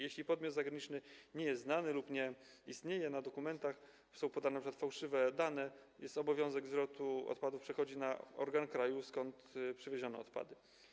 Jeśli podmiot zagraniczny nie jest znany lub nie istnieje, na dokumentach są podane np. fałszywe dane, to obowiązek zwrotu odpadów przechodzi na organ kraju, z którego przywieziono odpady.